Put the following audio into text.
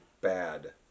bad